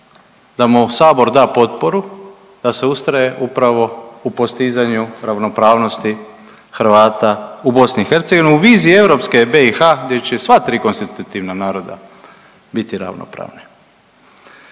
da mu sabor da potporu da se ustraje upravo u postizanju ravnopravnosti Hrvata u BiH u viziji europske BiH gdje će sva tri konstitutivna naroda biti ravnopravna.